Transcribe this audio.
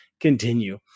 continue